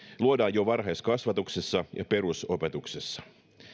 luodaan jo varhaiskasvatuksessa ja perusopetuksessa